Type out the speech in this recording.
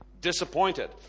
disappointed